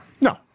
No